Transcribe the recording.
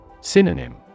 Synonym